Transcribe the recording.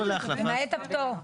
למעט הפטור.